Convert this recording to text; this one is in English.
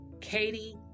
Katie